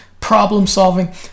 problem-solving